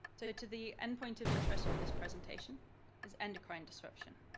to to the endpoint of interest for this presentation is endocrine disruption.